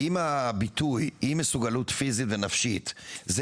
אם הביטוי אי מסוגלות פיזית ונפשית זה